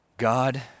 God